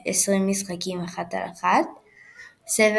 נשיא פיפ"א,